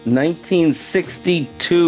1962